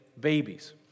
babies